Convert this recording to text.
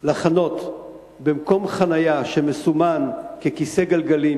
לחנות במקום חנייה שמסומן בכיסא גלגלים,